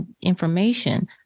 information